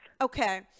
okay